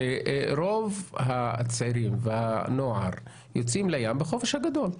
שרוב הצעירים והנוער יוצאים לים בחופש הגדול.